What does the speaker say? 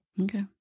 Okay